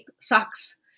socks